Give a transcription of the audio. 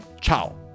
Ciao